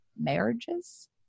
marriages